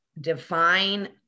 define